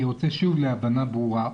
אני רוצה להבין בבירור.